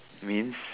means